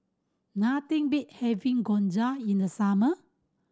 nothing beat having Gyoza in the summer